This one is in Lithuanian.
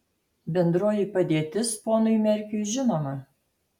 bendroji padėtis ponui merkiui žinoma